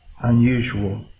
unusual